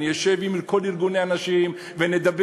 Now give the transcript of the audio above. אני אשב עם כל ארגוני הנשים ונדבר.